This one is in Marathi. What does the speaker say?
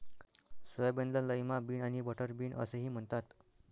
सोयाबीनला लैमा बिन आणि बटरबीन असेही म्हणतात